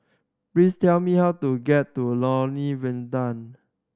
please tell me how to get to Lornie